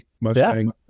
Mustang